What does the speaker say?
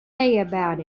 about